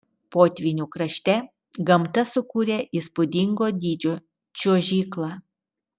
potvynių krašte gamta sukūrė įspūdingo dydžio čiuožyklą